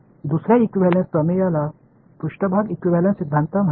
दुसर्या इक्विव्हॅलेंस प्रमेयला पृष्ठभाग इक्विव्हॅलेंस सिद्धांत म्हणतात